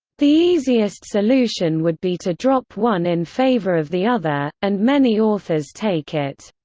the easiest solution would be to drop one in favor of the other, and many authors take it.